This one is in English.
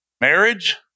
Marriage